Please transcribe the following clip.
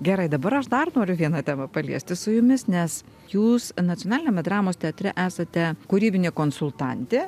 gerai dabar aš dar noriu vieną temą paliesti su jumis nes jūs nacionaliniame dramos teatre esate kūrybinė konsultantė